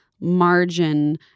margin